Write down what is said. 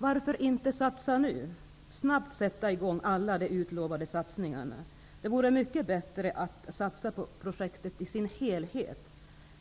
Varför inte snabbt sätta i gång med alla de utlovade satsningarna? Det vore mycket bättre att satsa på projektet i dess helhet, dels